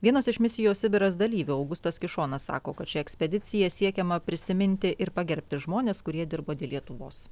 vienas iš misijos sibiras dalyvių augustas kišonas sako kad šia ekspedicija siekiama prisiminti ir pagerbti žmones kurie dirbo dėl lietuvos